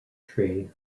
tree